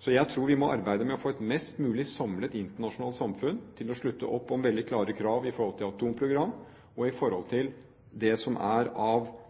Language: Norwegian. så jeg tror vi må arbeide med å få et mest mulig samlet internasjonalt samfunn til å slutte opp om veldig klare krav i forhold til atomprogram og når det gjelder det som er av